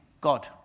God